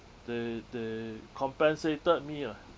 they they compensated me lah